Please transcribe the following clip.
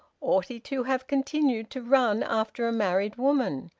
ought he to have continued to run after a married woman?